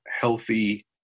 healthy